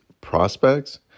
prospects